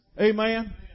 Amen